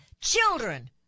children